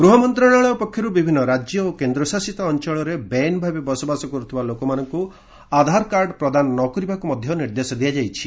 ଗୃହ ମନ୍ତ୍ରଣାଳୟ ପକ୍ଷରୁ ବିଭିନ୍ନ ରାଜ୍ୟ ଓ କେନ୍ଦ୍ରଶାସିତ ଅଞ୍ଚଳରେ ବେଆଇନ ଭାବେ ବସବାସ କରୁଥିବା ଲୋକମାନଙ୍କୁ ଆଧାର କାର୍ଡ ପ୍ରଦାନ ନ କରିବାକୁ ନିର୍ଦ୍ଦେଶ ଦିଆଯାଇଛି